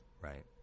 Right